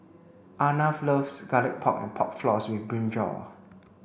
Arnav loves garlic pork and pork floss with brinjal